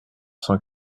cent